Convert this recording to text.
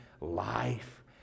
life